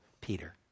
Peter